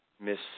miss